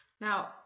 Now